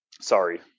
sorry